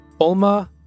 Ulma